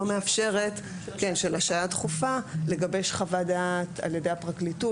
מאפשרת לגבש חוות דעת על ידי הפרקליטות,